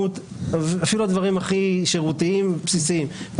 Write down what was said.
אפילו בדברים שהם שירות הכי בסיסי אם